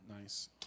Nice